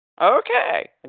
Okay